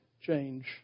change